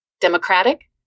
Democratic